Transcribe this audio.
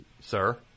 sir